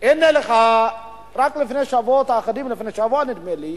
הנה לך, רק לפני שבועות אחדים, לפני שבוע נדמה לי,